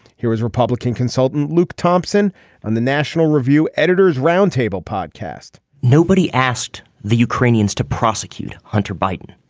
here is republican consultant luke thompson on the national review editors roundtable podcast nobody asked the ukrainians to prosecute hunter biden.